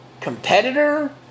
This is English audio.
competitor